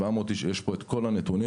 יש פה את כל הנתונים.